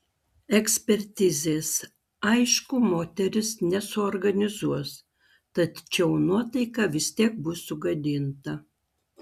ekspertizės aišku moteris nesuorganizuos tačiau nuotaika vis tiek bus sugadinta